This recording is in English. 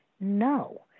No